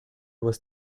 was